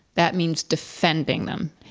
that means defending them.